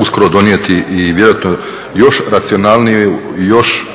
uskoro donijeti i vjerojatno još racionalniju, još